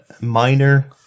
minor